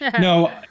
no